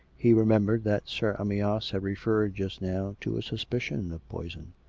he remembered that sir amyas had referred just now to a suspicion of poison.